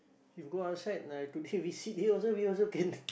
if you go outside uh today we sit here also we also can